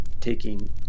taking